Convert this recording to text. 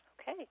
Okay